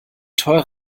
teurer